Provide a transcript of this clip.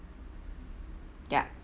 ya